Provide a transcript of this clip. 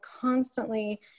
constantly